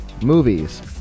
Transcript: movies